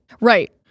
Right